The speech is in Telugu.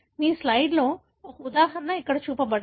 మీ స్లయిడ్లో ఒక ఉదాహరణ ఇక్కడ చూపబడింది